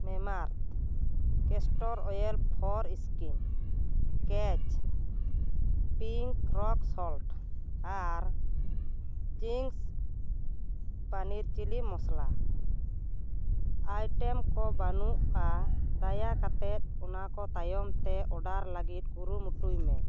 Mamaearth castor oil for skin ᱠᱮᱪ pink rock salt ᱟᱨ ᱪᱤᱝᱥ ᱯᱟᱱᱤᱨ ᱪᱤᱞᱤ ᱢᱚᱥᱞᱟ ᱟᱭᱴᱮᱢ ᱠᱚ ᱵᱟᱹᱱᱩᱜᱼᱟ ᱫᱟᱭᱟ ᱠᱟᱛᱮᱫ ᱚᱱᱟᱠᱚ ᱛᱟᱭᱚᱢ ᱛᱮ ᱚᱰᱟᱨ ᱞᱟᱹᱜᱤᱫ ᱠᱩᱨᱩᱢᱩᱴᱩᱭ ᱢᱮ